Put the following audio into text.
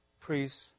priests